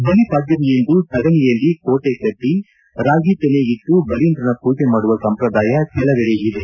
ಬಲಿಪಾಡ್ಕಮಿಯಂದು ಸಗಣಿಯಲ್ಲಿ ಕೋಟೆ ಕಟ್ಟಿ ರಾಗಿ ತೆನೆ ಇಟ್ಟು ಬಲೀಂದ್ರನ ಮೂಜೆ ಮಾಡುವ ಸಂಪ್ರದಾಯ ಕೆಲವೆಡ ಇದೆ